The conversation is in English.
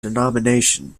denomination